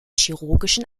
chirurgischen